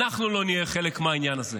אנחנו לא נהיה חלק מהעניין הזה.